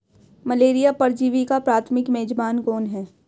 Malaria परजीवी का प्राथमिक मेजबान कौन है?